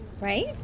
right